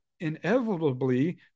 inevitably